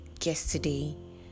yesterday